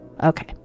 Okay